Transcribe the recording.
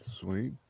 Sweet